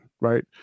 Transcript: right